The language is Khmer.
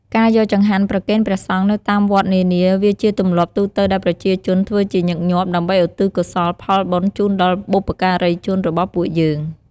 ការយកចង្កាន់ប្រគេនព្រះសង្ឃនៅតាមវត្តនានាវាជាទម្លាប់ទូទៅដែលប្រជាជនធ្វើជាញឺកញាប់ ដើម្បីឧទ្ទិសកុសលផលបុណ្យជូនដល់បុព្វការីជនរបស់ពួកយើង។